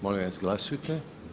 Molim vas glasujte.